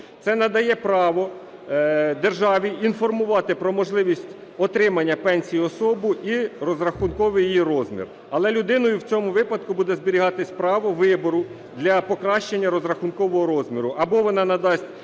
Це надає право державі інформувати про можливість отримання пенсії особу і розрахунковий її розмір. Але людиною в цьому випадку буде зберігатись право вибору для покращення розрахункового розміру: